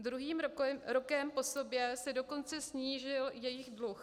Druhým rokem po sobě se dokonce snížil jejich dluh.